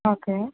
okay